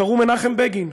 קראו מנחם בגין,